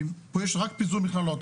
פה יש רק פיזור מכללות.